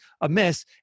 amiss